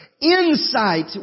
insight